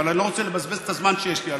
אבל אני לא רוצה לבזבז את הזמן שיש לי.